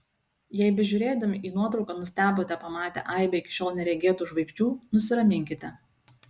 jei bežiūrėdami į nuotrauką nustebote pamatę aibę iki šiol neregėtų žvaigždžių nusiraminkite